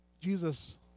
Jesus